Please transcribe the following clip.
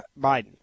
Biden